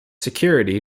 security